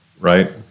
right